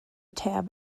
tab